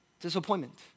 disappointment